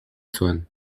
zuen